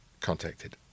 contacted